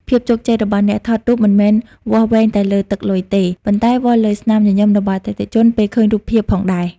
ភាពជោគជ័យរបស់អ្នកថតរូប មិនមែនវាស់វែងតែលើទឹកលុយទេ ប៉ុន្តែវាស់លើស្នាមញញឹមរបស់អតិថិជនពេលឃើញរូបភាពផងដែរ។